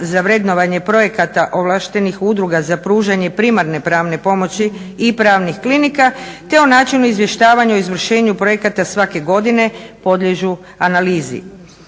za vrednovanje projekata ovlaštenih udruga za pružanje primarne pravne pomoći i pravnih klinika te o načinu izvještavanja o izvršenju projekata svake godine podliježu analizi.